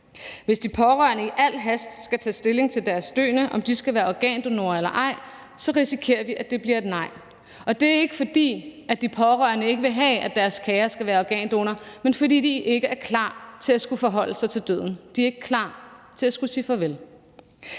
Hvis de pårørende i al hast skal tage stilling til, om deres døende skal være organdonorer eller ej, risikerer vi, at det bliver et nej. Og det er ikke, fordi de pårørende ikke vil have, at deres kære skal være organdonor, men fordi de ikke er klar til at skulle forholde sig til døden. De er ikke klar til at skulle sige farvel.